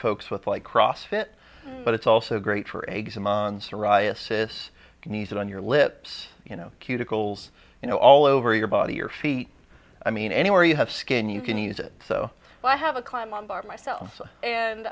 folks with like cross fit but it's also great for aig some on psoriasis needs it on your lips you know cuticles you know all over your body your feet i mean anywhere you have skin you can use it so i have a climb on by myself and